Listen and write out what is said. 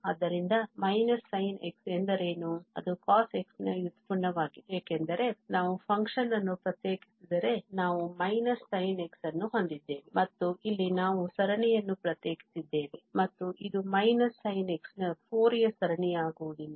ಆದ್ದರಿಂದ −sin x ಎಂದರೇನು ಅದು cos x ನ ವ್ಯುತ್ಪನ್ನವಾಗಿದೆ ಏಕೆಂದರೆ ನಾವು function ನ್ನು ಪ್ರತ್ಯೇಕಿಸಿದರೆ ನಾವು −sin x ಅನ್ನು ಹೊಂದಿದ್ದೇವೆ ಮತ್ತು ಇಲ್ಲಿ ನಾವು ಸರಣಿಯನ್ನು ಪ್ರತ್ಯೇಕಿಸಿದ್ದೇವೆ ಮತ್ತು ಇದು −sin x ನ ಫೋರಿಯರ್ ಸರಣಿಯಾಗಿರುವುದಿಲ್ಲ